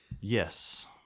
Yes